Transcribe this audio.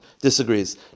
disagrees